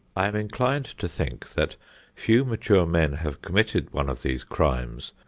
i am inclined to think that few mature men have committed one of these crimes,